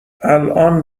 الان